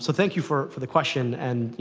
so thank you for for the question, and you